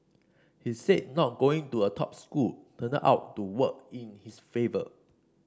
he said not going to a top school turned out to work in his favour